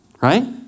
Right